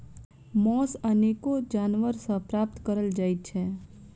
मौस अनेको जानवर सॅ प्राप्त करल जाइत छै